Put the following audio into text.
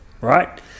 Right